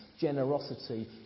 generosity